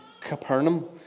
Capernaum